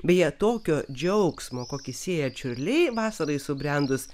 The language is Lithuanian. beje tokio džiaugsmo kokį sėja čiurliai vasarai subrendus